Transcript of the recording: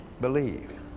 believe